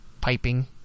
piping